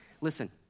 Listen